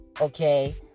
Okay